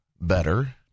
better